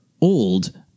old